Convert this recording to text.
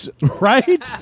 right